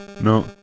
no